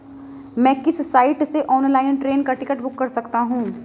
मैं किस साइट से ऑनलाइन ट्रेन का टिकट बुक कर सकता हूँ?